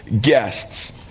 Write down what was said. guests